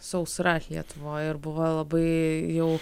sausra lietuvoj ir buvo labai jau